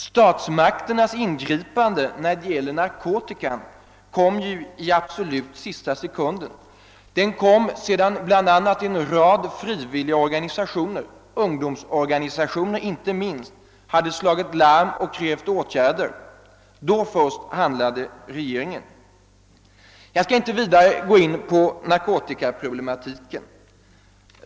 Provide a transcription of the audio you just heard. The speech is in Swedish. Statsmakternas ingripande när det gäller narkotika kom ju i absolut sista sekunden, sedan bl.a. en rad frivilliga organisationer — ungdomsorganisationer inte minst — hade slagit larm och krävt åtgärder. Då först handlade regeringen. Jag skall inte vidare gå in på narkotikaproblematiken.